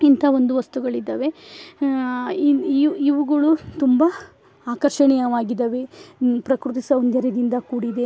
ಇಂಥ ಒಂದು ವಸ್ತುಗಳಿದಾವೆ ಇವು ಇವು ಇವುಗಳು ತುಂಬ ಆಕರ್ಷಣೀಯವಾಗಿದಾವೆ ಪ್ರಕೃತಿ ಸೌಂದರ್ಯದಿಂದ ಕೂಡಿದೆ